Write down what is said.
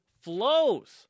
flows